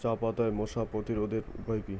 চাপাতায় মশা প্রতিরোধের উপায় কি?